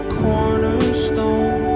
cornerstone